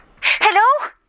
Hello